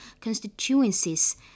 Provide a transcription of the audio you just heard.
constituencies